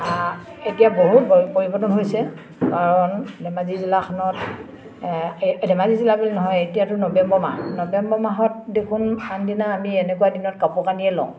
এতিয়া বহু পৰি পৰিৱৰ্তন হৈছে কাৰণ ধেমাজি জিলাখনত এ ধেমাজি জিলা বুলি নহয় এতিয়াতো নৱেম্বৰ মাহ নৱেম্বৰ মাহত দেখোন আন দিনা আমি এনেকুৱা দিনত কাপোৰ কানিয়ে লওঁ